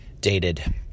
dated